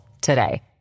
today